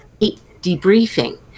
debriefing